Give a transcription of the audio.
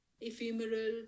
ephemeral